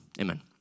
Amen